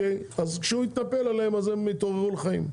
כשהוא התנפל עליהם אז הם התעוררו לחיים.